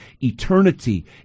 eternity